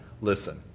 listen